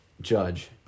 Judge